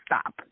stop